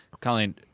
Colleen